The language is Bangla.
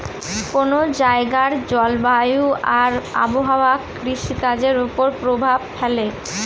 কোন জায়গার জলবায়ু আর আবহাওয়া কৃষিকাজের উপর প্রভাব ফেলে